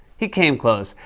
he came close.